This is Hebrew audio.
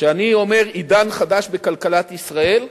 כשאני אומר "עידן חדש בכלכלת ישראל",